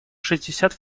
шестьдесят